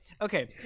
okay